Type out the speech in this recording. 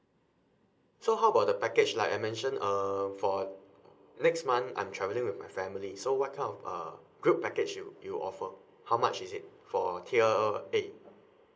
so how about the package like I mentioned uh for next month I'm travelling with my family so what kind of uh group package you you offer how much is it for tier a